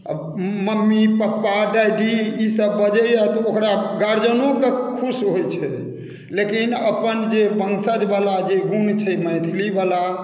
आब mummy papa daddy ई सभ बजैया तऽ ओकरा गर्जियनो के खुशी होइ छै लेकिन अपन जे बंशज बला जे गुण छै मैथिली बला